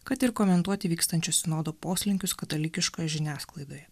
kad ir komentuoti vykstančio sinodo poslinkius katalikiškoje žiniasklaidoje